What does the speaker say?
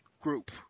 group